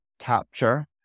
capture